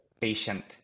patient